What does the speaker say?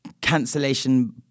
cancellation